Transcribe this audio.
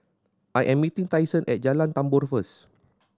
I am meeting Tyson at Jalan Tambur first